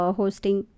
hosting